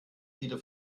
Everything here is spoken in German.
wieder